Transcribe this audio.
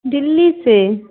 Delhi Se